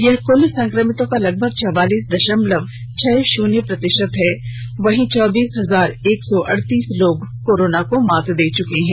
यह क्ल संक्रमितों का लगभग चौवालीस दशमलव छह शून्य प्रतिशत है वहीं चौबीस हजार एक सौ अड़तीस लोग कोरोना को मात दे चुके हैं